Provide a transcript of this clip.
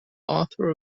author